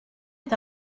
est